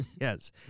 Yes